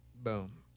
boom